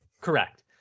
Correct